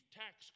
tax